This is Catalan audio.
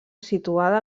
situada